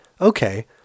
okay